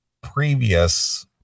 previous